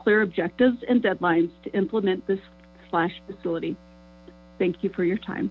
clear objectives and deadlines to implement this flash facility thank you for your time